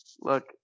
Look